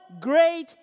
great